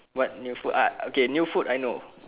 what new food ah okay new food I know